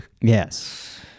Yes